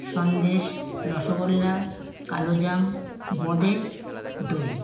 সন্দেশ রসগোল্লা কালোজাম বোঁদে দই